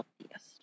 healthiest